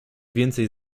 więcej